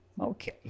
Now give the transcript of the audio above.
okay